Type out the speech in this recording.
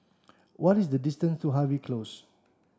what is the distance to Harvey Close